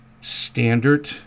standard